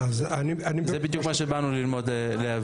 זה בדיוק מה שבאנו להבין,